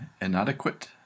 inadequate